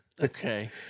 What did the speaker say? Okay